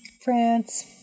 France